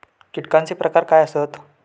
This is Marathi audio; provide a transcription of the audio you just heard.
कीटकांचे प्रकार काय आसत?